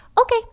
Okay